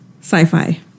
sci-fi